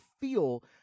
feel